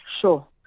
Sure